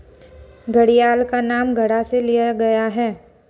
घड़ियाल का नाम घड़ा से लिया गया है